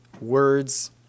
words